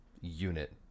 unit